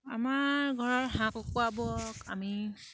আমাৰ ঘৰৰ হাঁহ কুকুৰাবোৰক আমি